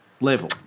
level